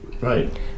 Right